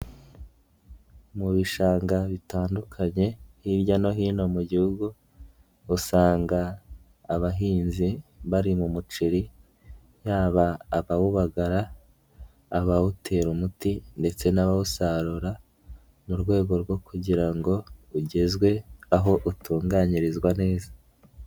Mu bishanga bitandukanye hirya no hino mu gihugu, usanga abahinzi bari mu muceri, yaba abawubagara, abawutera umuti ndetse n'abawusarura, mu rwego rwo kugira ngo ugezwe aho utunganyirizwa neza.